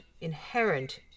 inherent